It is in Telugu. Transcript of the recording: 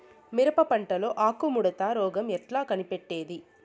మిరప పంటలో ఆకు ముడత రోగం ఎట్లా కనిపెట్టేది?